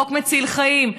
חוק מציל חיים.